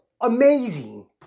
amazing